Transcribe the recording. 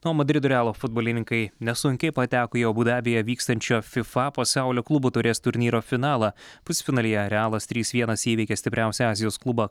na o madrido realo futbolininkai nesunkiai pateko į abu dabyje vykstančio fifa pasaulio klubų taurės turnyro finalą pusfinalyje realas trys vienas įveikė stipriausią azijos klubą